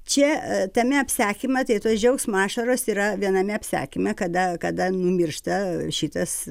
čia tame apsakyme tai tos džiaugsmo ašaros yra viename apsakyme kada kada numiršta šitas